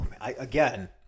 again